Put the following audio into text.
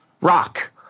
rock